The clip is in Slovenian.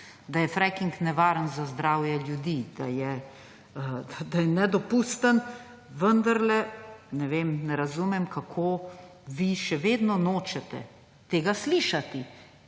da je fracking nevaren za zdravje ljudi, da je nedopusten, vendarle ne vem, ne razumem, kako vi še vedno nočete tega slišati